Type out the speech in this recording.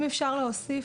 אם אפשר להוסיף,